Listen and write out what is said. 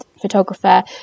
photographer